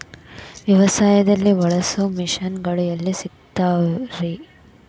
ವ್ಯವಸಾಯದಲ್ಲಿ ಬಳಸೋ ಮಿಷನ್ ಗಳು ಎಲ್ಲಿ ಸಿಗ್ತಾವ್ ರೇ?